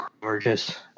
gorgeous